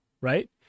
right